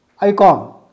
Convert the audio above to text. icon